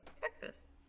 Texas